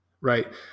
right